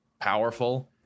powerful